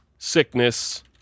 sickness